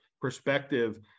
perspective